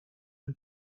and